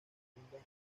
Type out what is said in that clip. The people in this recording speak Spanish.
profundas